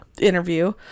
Interview